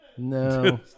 No